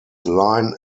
line